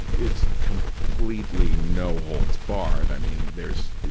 it's completely no holds barred. i mean, there's,